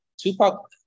Tupac